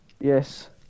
yes